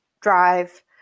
drive